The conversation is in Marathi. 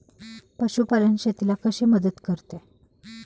पशुपालन शेतीला कशी मदत करते?